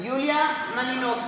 בעד יוליה מלינובסקי,